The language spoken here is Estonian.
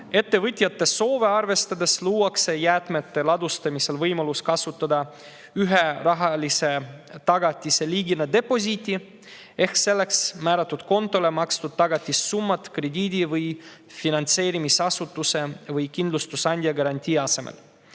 Ettevõtjate soove arvestades luuakse jäätmete ladustamisel võimalus kasutada ühe rahalise tagatise liigina deposiiti ehk selleks määratud kontole makstud tagatissummat krediidi‑ või finantseerimisasutuse või kindlustusandja garantii asemel.